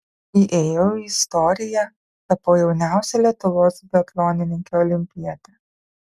įėjau į istoriją tapau jauniausia lietuvos biatlonininke olimpiete